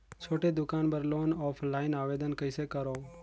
छोटे दुकान बर लोन ऑफलाइन आवेदन कइसे करो?